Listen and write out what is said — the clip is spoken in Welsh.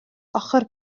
ochr